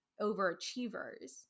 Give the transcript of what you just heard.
overachievers